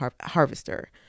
harvester